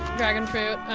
dragonfruit.